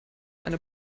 eine